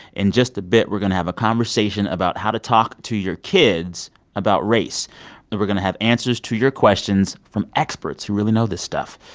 in just a bit, we're going to have a conversation about how to talk to your kids about race. and we're going to have answers to your questions from experts who really know this stuff.